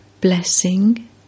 Blessing